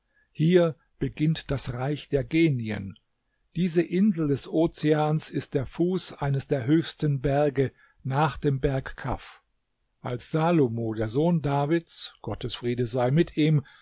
hier beginnt das reich der genien diese insel des ozeans ist der fuß eines der höchsten berge nach dem berg kaf als salomo der sohn davids